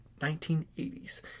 1980s